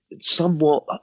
somewhat